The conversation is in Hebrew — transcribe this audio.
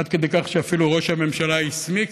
עד כדי כך שאפילו ראש הממשלה הסמיק,